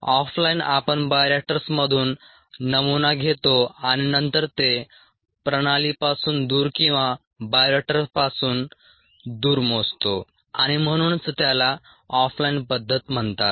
of line आपण बायोरिएक्टर्समधून नमुना घेतो आणि नंतर ते प्रणालीपासून दूर किंवा बायोरिएक्टर्सपासून दूर मोजतो आणि म्हणूनच त्याला ऑफ लाइन पद्धत म्हणतात